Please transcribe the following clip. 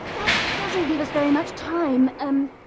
that doesn't give us very much time. um